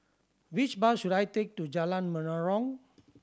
which bus should I take to Jalan Menarong